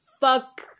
fuck